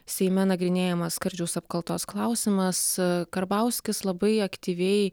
seime nagrinėjamas skardžiaus apkaltos klausimas karbauskis labai aktyviai